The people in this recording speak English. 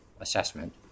assessment